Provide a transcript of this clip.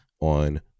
on